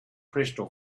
crystal